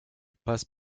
passe